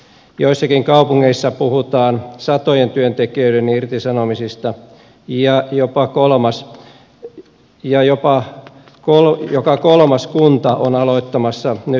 joissakin kaupungeissa puhutaan satojen työntekijöiden irtisanomisista ja joka kolmas kunta on aloittamassa nyt yt neuvotteluja